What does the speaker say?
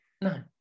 No